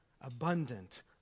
abundant